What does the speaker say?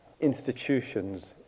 institutions